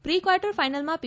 pre quarter ફાઈનલમાં પી